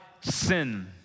sin